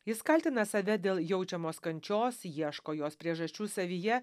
jis kaltina save dėl jaučiamos kančios ieško jos priežasčių savyje